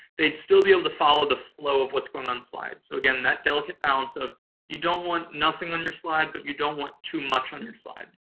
they'd still be able to follow the flow of what's going on the slide. so, again, that delicate balance of you don't want nothing on your slide, but you don't want too much on your slide.